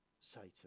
Satan